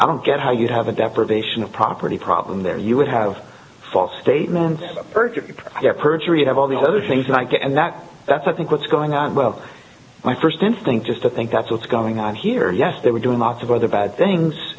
i don't get how you have a deprivation of property problem there you would have false statements perjury perjury you have all these other things like and that that's i think what's going on well my first instinct is to think that's what's going on here yes they were doing lots of other bad things